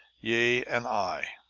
ye and i.